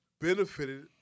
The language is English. benefited